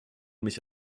mich